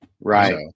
Right